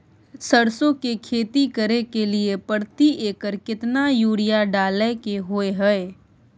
सरसो की खेती करे के लिये प्रति एकर केतना यूरिया डालय के होय हय?